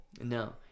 No